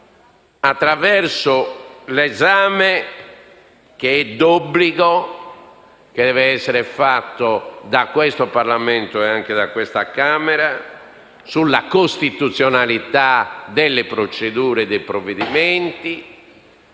attraverso l'esame, che è d'obbligo e che deve essere fatto dal Parlamento e anche da questa Camera, sulla costituzionalità delle procedure e dei provvedimenti,